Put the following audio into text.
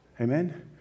Amen